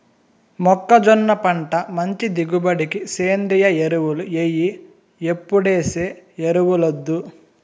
మొక్కజొన్న పంట మంచి దిగుబడికి సేంద్రియ ఎరువులు ఎయ్యి ఎప్పుడేసే ఎరువులొద్దు